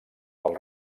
pel